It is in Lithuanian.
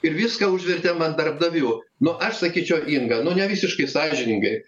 ir viską užvertėm ant darbdavių nu aš sakyčiau inga nu nevisiškai sąžiningai